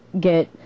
get